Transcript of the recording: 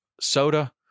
soda